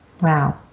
Wow